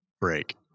break